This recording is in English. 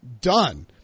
done